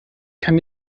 kann